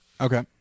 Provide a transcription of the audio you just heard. okay